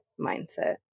mindset